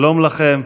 שלום לכם.